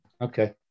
Okay